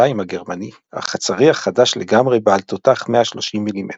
הגרמני אך הצריח חדש לגמרי בעל תותח 130 מ"מ.